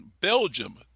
belgium